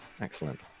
Excellent